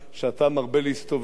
שאתה מרבה להסתובב